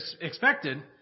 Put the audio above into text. expected